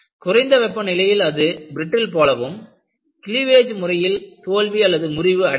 குறைந்த வெப்பநிலையில் அது பிரட்டில் போலவும் கிளிவேஜ் முறையில் தோல்வி முறிவு அடைகிறது